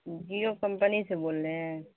Jio company سے بول رہے ہیں